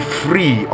free